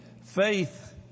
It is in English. Faith